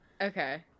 okay